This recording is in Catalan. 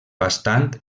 bastant